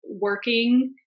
working